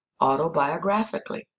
autobiographically